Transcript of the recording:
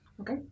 Okay